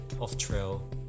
off-trail